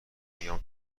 میام